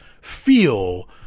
feel